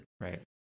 Right